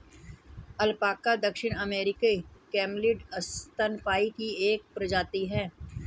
alpaca दक्षिण अमेरिकी camelid स्तनपायी की एक प्रजाति है